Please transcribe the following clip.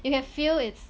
you can feel it's